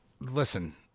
listen